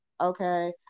okay